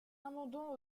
abandon